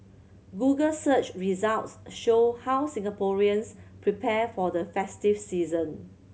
google search results show how Singaporeans prepare for the festive season